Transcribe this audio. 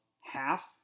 half